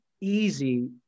easy